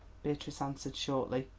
beatrice answered shortly.